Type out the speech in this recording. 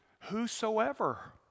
whosoever